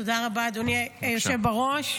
תודה רבה, אדוני היושב בראש.